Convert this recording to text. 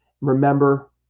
remember